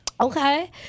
Okay